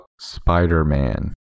Spider-Man